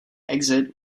exit